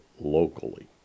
locally